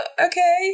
Okay